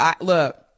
Look